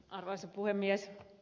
arvoisa puhemies